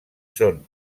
són